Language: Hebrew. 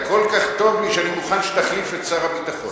אתה כל כך טוב לי שאני מוכן שתחליף את שר הביטחון.